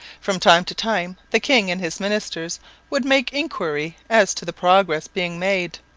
from time to time the king and his ministers would make inquiry as to the progress being made.